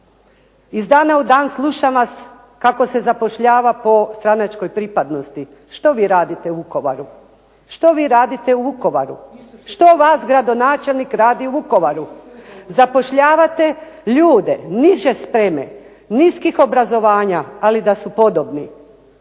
Iz dana u dan slušam vas kako se zapošljava po stranačkoj pripadnosti. Što vi radite u Vukovaru? Što vi radite u Vukovaru? Što vaš gradonačelnik radi u Vukovaru? Zapošljavate ljude niže spreme, niskih obrazovanja, ali da su podobni.